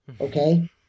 Okay